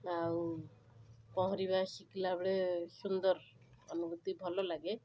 ଆଉ ପହଁରିବା ଶିଖିଲା ବେଳେ ସୁନ୍ଦର ଅନୁଭୂତି ଭଲ ଲାଗେ